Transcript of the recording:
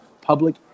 public